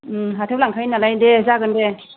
हाथायाव लांखायो नालाय देह जागोन दे